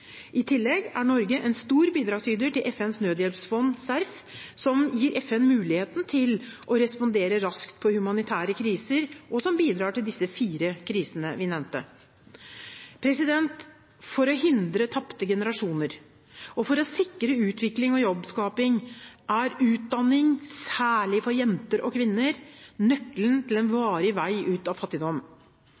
I tillegg er Norge en stor bidragsyter til FNs nødhjelpsfond, CERF, som gir FN muligheten til å respondere raskt på humanitære kriser, og som bidrar til disse fire krisene jeg nevnte. For å hindre tapte generasjoner og for å sikre utvikling og jobbskaping er utdanning, særlig for jenter og kvinner, nøkkelen til en varig vei ut av fattigdom.